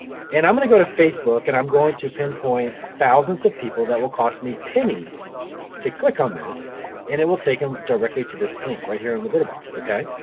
and i'm going to go to facebook and i'm going to pinpoint thousands of people that will cost me pennies to click on this and it will take em directly to this link right here in the brittle box, okay?